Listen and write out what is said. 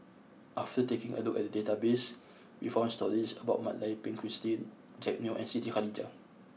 after taking a look at the database we found stories about Mak Lai Peng Christine Jack Neo and Siti Khalijah